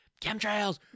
chemtrails